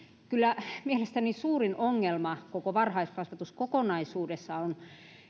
kyllä mielestäni suurin ongelma koko varhaiskasvatuskokonaisuudessa on